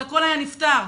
הכול היה נפתר.